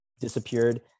disappeared